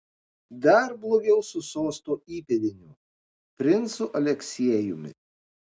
dar blogiau su sosto įpėdiniu princu aleksiejumi